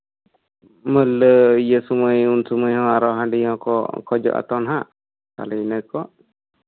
ᱞᱟᱹᱭ ᱩᱱ ᱥᱚᱢᱚᱭ ᱦᱚᱸ ᱟᱨᱚ ᱦᱟᱸᱹᱰᱤ ᱦᱚᱸᱠᱚ ᱠᱷᱚᱡᱚᱜᱼᱟ ᱦᱟᱜ ᱛᱟᱦᱞᱮ ᱤᱱᱟᱹ ᱠᱚ